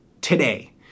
today